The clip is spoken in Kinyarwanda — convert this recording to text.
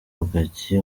rugagi